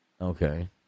Okay